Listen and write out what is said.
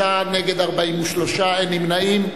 בעד, 35, נגד, 43, אין נמנעים.